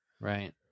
Right